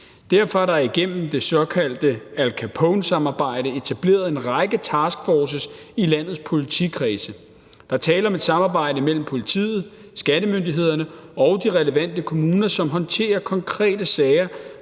Derfor er der igennem det såkaldte Al Capone-samarbejde etableret en række taskforces i landets politikredse. Der er tale om et samarbejde mellem politiet, skattemyndighederne og de relevante kommuner, som håndterer konkrete sager,